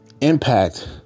impact